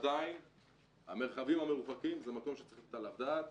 עדיין המרחבים המרוחקים זה מקום שצריך לתת עליו את הדעת.